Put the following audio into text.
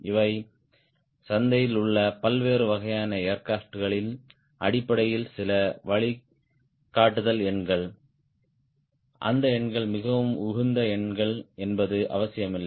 இவை சந்தையில் உள்ள பல்வேறு வகையான ஏர்கிராப்ட் களின் அடிப்படையில் சில வழிகாட்டுதல் எண்கள் அந்த எண்கள் மிகவும் உகந்த எண்கள் என்பது அவசியமில்லை